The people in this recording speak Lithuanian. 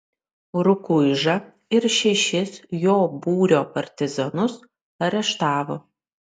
rukuižą ir šešis jo būrio partizanus areštavo